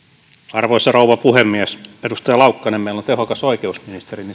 arvoisa rouva puhemies edustaja laukkanen meillä on tehokas oikeusministeri